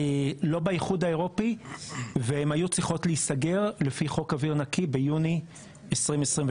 לא באיחוד האירופי והן היו צריכים להיסגר לפי חוק אוויר נקי ביוני 2022,